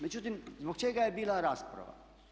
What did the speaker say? Međutim, zbog čega je bila rasprava.